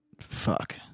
Fuck